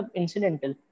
incidental